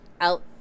out